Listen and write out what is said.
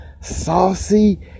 saucy